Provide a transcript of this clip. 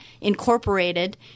Incorporated